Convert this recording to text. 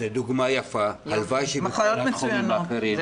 זו דוגמה יפה, הלוואי שיהיה גם בתחומים האחרים.